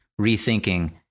rethinking